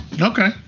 okay